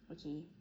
okay